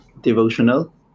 devotional